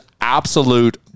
absolute